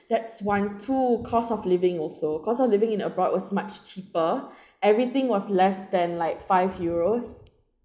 that's one two cost of living also cost of living in abroad was much cheaper everything was less than like five euros